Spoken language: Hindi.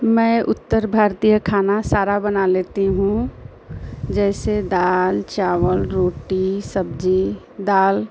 मैं उत्तर भारतीय खाना सारा बना लेती हूँ जैसे दाल चावल रोटी सब्ज़ी दाल